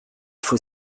faut